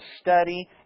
study